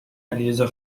علیرضا